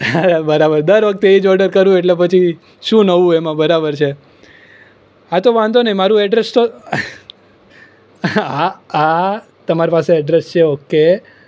હા હા બરાબર દર વખતે એ જ ઓર્ડર કરું એટલે પછી શું નવું એમા બરાબર છે હા તો વાંધો નહીં મારું એડ્રેસ તો હા હા તમારી પાસે એડ્રેસ છે ઓકે